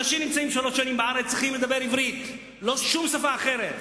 אנשים שנמצאים שלוש שנים בארץ צריכים לדבר עברית ולא שום שפה אחרת.